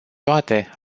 toate